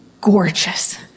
gorgeous